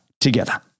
together